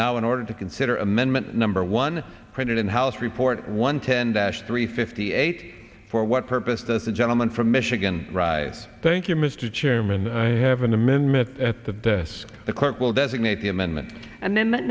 now in order to consider amendment number one printed in house report one ten dash three fifty eight for what purpose does the gentleman from michigan rise thank you mr chairman i have an amendment at the desk the clerk will designate the amendment and then that